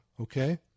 okay